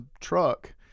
truck